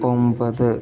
ഒമ്പത്